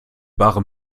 bare